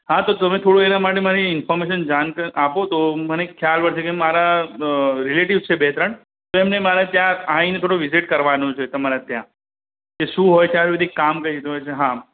હા તો તમે થોડું એના માટે મને ઇન્ફર્મેશન જાણ આપો તો મને ખ્યાલ પડશે કે મારા રિલેટિવ્સ છે બે ત્રણ તો એમને મારે ત્યાં આવીને થોડું વિઝિટ કરવાનું છે તમારા ત્યાં કે શું હોય છે આયુર્વેદિક કામ કઈ રીતનું હોય છે હા